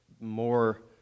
more